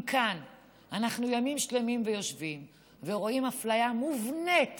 אם כאן אנחנו ימים שלמים יושבים ורואים אפליה מובנית